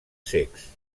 cecs